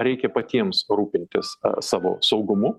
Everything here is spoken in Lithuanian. reikia patiems rūpintis savo saugumu